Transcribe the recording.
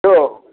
त्यो